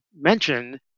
mentioned